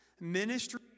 Ministry